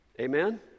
Amen